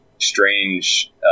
strange